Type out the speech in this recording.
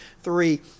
three